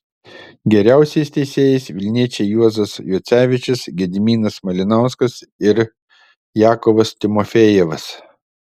geriausiais teisėjais vilniečiai juozas juocevičius gediminas malinauskas ir jakovas timofejevas